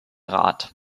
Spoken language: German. rat